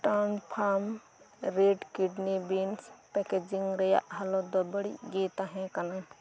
Truefarm red kidney beans packaging ᱨᱮᱭᱟᱜ ᱦᱟᱞᱚᱛ ᱫᱚ ᱵᱟᱹᱲᱤᱡ ᱜᱮ ᱛᱟᱦᱮᱸ ᱠᱟᱱᱟ